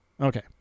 Okay